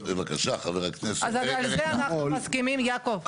אז על זה אנחנו מסכימים יעקב?